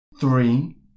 Three